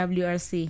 wrc